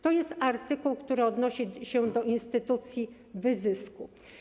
To jest artykuł, który odnosi się do instytucji wyzysku.